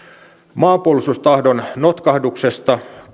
maanpuolustustahdon notkahduksesta